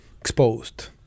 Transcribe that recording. exposed